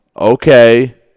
okay